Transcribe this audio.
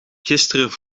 gisteren